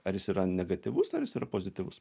ar jis yra negatyvus ar jis yra pozityvus